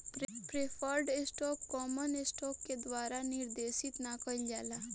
preferred stock common stock के द्वारा निर्देशित ना कइल जाला